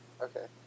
Okay